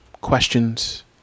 questions